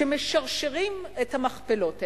כשמשרשרים את המכפלות האלה,